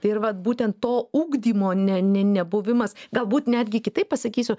tai ir vat būtent to ugdymo ne ne nebuvimas galbūt netgi kitaip pasakysiu